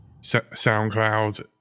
SoundCloud